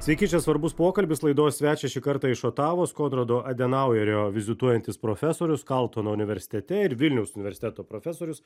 sveiki čia svarbus pokalbis laidos svečias šį kartą iš otavos kodrado adenauerio vizituojantis profesorius kaltono universitete ir vilniaus universiteto profesorius